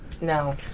No